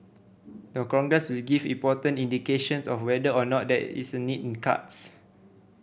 the Congress will give important indications of whether or not that is a need in cards